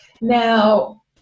now